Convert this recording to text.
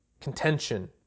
Contention